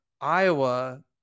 Iowa